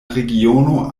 regiono